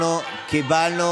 אנחנו קיבלנו